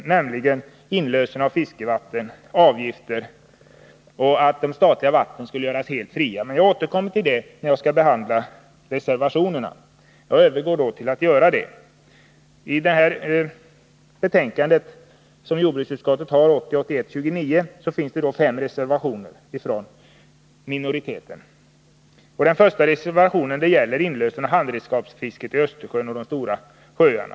Förslag som inte tas upp är inlösen av fiskevatten, införande av avgifter samt förslaget att de statliga vattnen skall göras helt fria. Jag återkommer till dessa frågor när jag behandlar reservationerna, vilket jag nu övergår till att göra. Till jordbruksutskottets betänkande 1980/81:29 finns fogade fem reservationer från den socialdemokratiska minoriteten. Den första reservationen gäller inlösen av handredskapsfisket i Östersjön och de stora sjöarna.